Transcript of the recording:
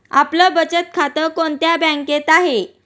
आपलं बचत खातं कोणत्या बँकेत आहे?